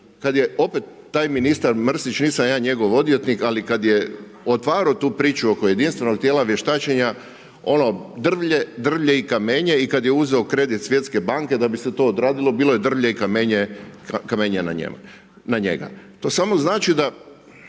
kad je opet taj ministar Mrsić, nisam ja njegov odvjetnik, ali kad je otvarao tu priču oko jedinstvenog tijela vještačenja, ono drvlje i kamenje i kad je uzeto kredit svjetske banke da bi se to odradilo bilo je drvlje i kamenje na njega. To samo znači da